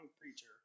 preacher